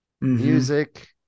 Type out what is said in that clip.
music